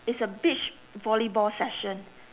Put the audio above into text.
it's a beach volleyball session